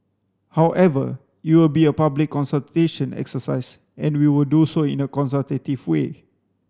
however it will be a public consultation exercise and we will do so in a consultative way